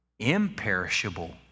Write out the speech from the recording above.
Imperishable